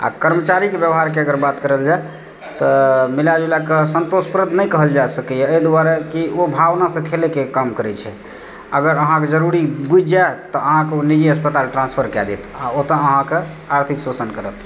आ कर्मचारीके व्यवहारके अगर बात करल जाय तऽ मिलाए जुलाए कऽ सन्तोषप्रद नहि कहल जाए सकैया एहि दुआरे कि ओ भावनासँ खेलैके काम करै छै अगर अहाँकेँ जरुरी बुझि जायत तऽ अहाँकेँ ओ निजी अस्पताल ट्रांस्फर कए देत आ ओतऽ अहाँकेँ आर्थिक शोषण करत